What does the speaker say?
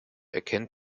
erkennt